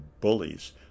bullies